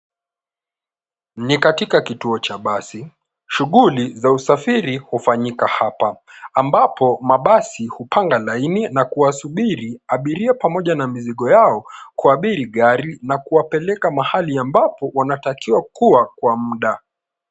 Ni katika kituo cha basi. Shughuli za usafiri hufanyika hapa ambapo mabasi hupanga laini na kuwasubiri abiria pamoja na mizigo yao kuabiri gari na kuwapeleka mahali ambapo wanatakiwa kuwa kwa mda.